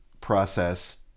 process